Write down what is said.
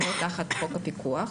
הן לא תחת חוק הפיקוח.